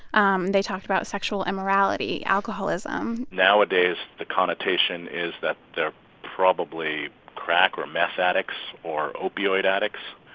um they talked about sexual immorality, alcoholism nowadays, the connotation is that they're probably crack or meth addicts or opioid addicts,